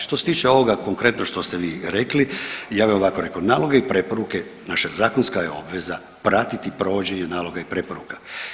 Što se tiče ovoga konkretno što ste vi rekli, ja bih ovako rekao, naloge i preporuke naša zakonska je obaveza pratiti provođenje naloga i preporuka.